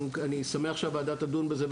אני שמח שהוועדה תדון בזה,